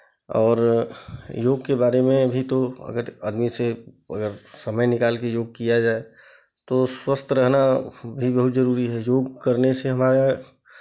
और योग के बारे में अभी तो अगर आदमी से अगर समय निकाल के योग किया जाए तो स्वस्थ रहना भी बहुत ज़रूरी है योग करने से हमारा